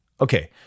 okay